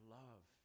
love